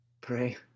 pray